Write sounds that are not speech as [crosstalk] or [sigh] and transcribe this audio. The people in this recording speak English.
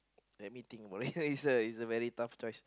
let me think about it [laughs] it's a it's a very tough choice